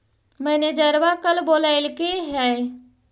मैनेजरवा कल बोलैलके है?